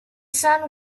son